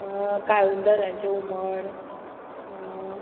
काळूंदरांचें हुमण